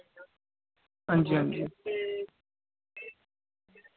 हांजी हांजी